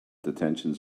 detention